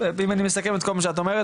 אם אני מסכם את כל מה שאת אומרת,